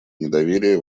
недоверия